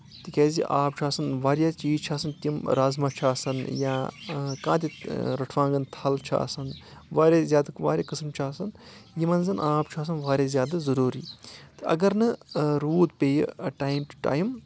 تِکیازِ آب چھُ آسان واریاہ چیٖز چھِ آسان تِم رازما چھُ آسان یا کانٛہہ تہِ رٹھوَنگن تھل چھُ آسان واریاہ زیادٕ واریاہ قٕسم چھُ آسان یِمن زَن آب چھُ آسان واریاہ زیادٕ ضروٗری تہٕ اگر نہٕ روٗد پیٚیہِ ٹایم ٹُو ٹایم